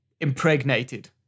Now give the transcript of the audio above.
impregnated